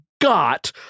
got